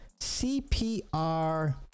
CPR